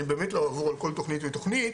אני באמת לא יעבור על כל תוכנית ותוכנית,